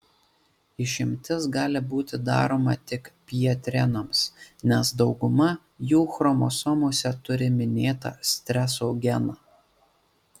išimtis gali būti daroma tik pjetrenams nes dauguma jų chromosomose turi minėtą streso geną